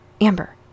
Amber